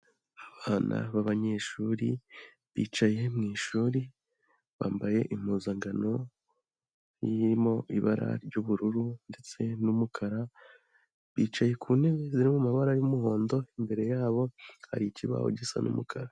Abana b'abanyeshuri, bicaye mu ishuri, bambaye impuzangano irimo ibara ry'ubururu ndetse n'umukara, bicaye ku ntebe ziri mu mabara y'umuhondo, imbere yabo hari ikibaho gisa n'umukara.